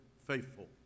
faithful